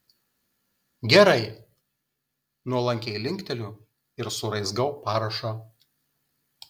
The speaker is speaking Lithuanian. gerai nuolankiai linkteliu ir suraizgau parašą